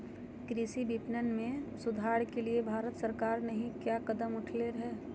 कृषि विपणन में सुधार के लिए भारत सरकार नहीं क्या कदम उठैले हैय?